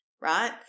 right